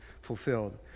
fulfilled